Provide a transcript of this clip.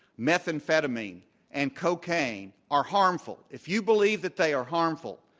methamphetamine and cocaine are harmful, if you believe that they are harmful,